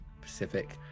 Pacific